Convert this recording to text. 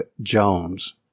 Jones